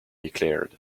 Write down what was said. declared